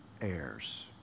heirs